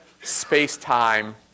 space-time